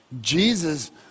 Jesus